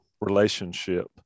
relationship